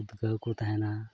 ᱩᱫᱽᱜᱟᱹᱣ ᱠᱚ ᱛᱟᱦᱮᱱᱟ